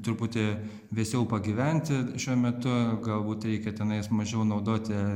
truputį vėsiau pagyventi šiuo metu galbūt reikia tenais mažiau naudoti